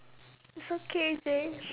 it's okay J